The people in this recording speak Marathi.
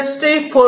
इंडस्ट्री 4